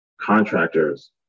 contractors